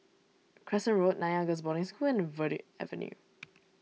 Crescent Road Nanyang Girls' Boarding School and Verde Avenue